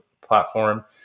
platform